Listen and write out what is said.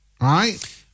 Right